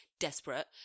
Desperate